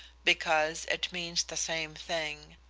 because it means the same thing.